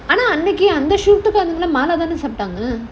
ஆனா அன்னைக்கு அந்த:aanaa annaikku andha shoot தானே சாப்டாங்க:thanae saaptaanga